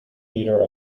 meter